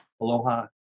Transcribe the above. Aloha